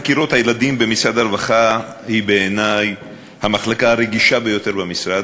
מחלקת חקירות הילדים במשרד הרווחה היא בעיני המחלקה הרגישה ביותר במשרד,